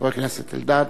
חבר הכנסת אלדד.